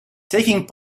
taking